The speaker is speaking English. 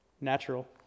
natural